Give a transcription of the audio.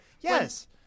Yes